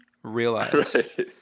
realize